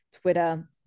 twitter